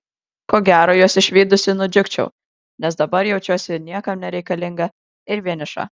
ko gero juos išvydusi nudžiugčiau nes dabar jaučiuosi niekam nereikalinga ir vieniša